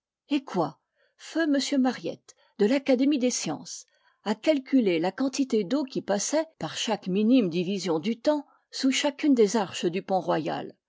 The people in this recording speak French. eh quoi feu m mariette de l'académie des sciences a calculé la quantité d'eau qui passait par chaque minime division du temps sous chacune des arches du pont royal